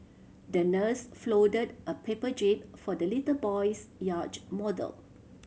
the nurse folded a paper jib for the little boy's yacht model